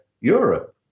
Europe